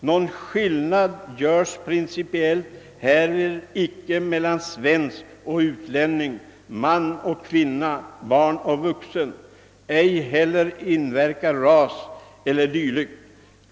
Någon skillnad göres principiellt härvid icke mellan svensk och utlänning, man och kvinna, barn och vuxen; ej heller inverkar ras el. dyl.